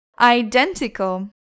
Identical